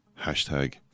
Hashtag